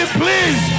please